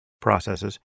processes